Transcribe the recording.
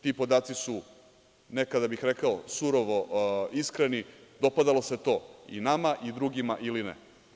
Ti podaci su nekada bih rekao surovo iskreni, dopadalo se to i nama i drugima ili ne.